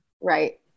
Right